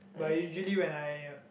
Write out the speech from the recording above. but usually when I